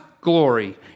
Glory